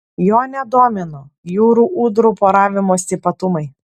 jo nedomino jūrų ūdrų poravimosi ypatumai